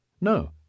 No